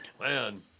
Man